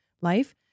life